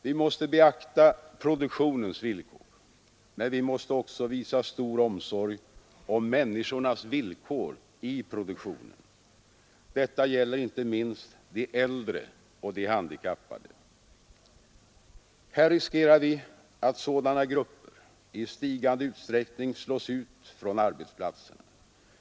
Vi måste beakta produktionens villkor, men vi måste också visa stor omsorg om människornas villkor i produktionen. Detta gäller inte minst de äldre och de handikappade. Här riskerar vi att sådana grupper i stigande utsträckning slås ut från arbetsplatserna.